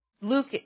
Luke